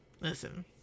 listen